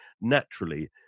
naturally